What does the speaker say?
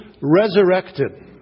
resurrected